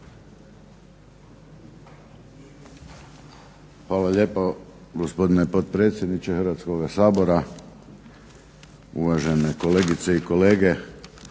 Hvala lijepo gospodine potpredsjedniče Hrvatskog sabora. Konačni prijedlog